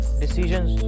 decisions